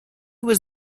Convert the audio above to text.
was